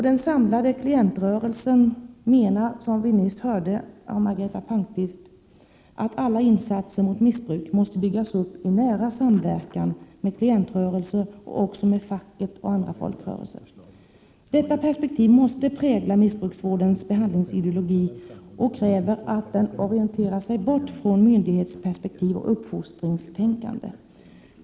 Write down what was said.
Den samlade klientrörelsen menar, som vi nyss hörde av Margareta Palmqvist, att alla insatser mot missbruk måste byggas upp i nära samverkan med klientrörelser och också med facket och andra folkrörelser. Detta perspektiv måste prägla missbrukarvårdens behandlingsideologi och kräver att den orienterar sig bort från myndighetsperspektiv och uppfostringstänkande.